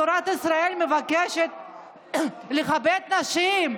תורת ישראל מבקשת לכבד נשים,